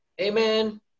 Amen